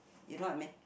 you know I mean